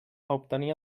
obtenir